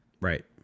Right